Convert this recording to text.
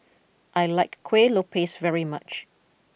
I like Kuih Lopes very much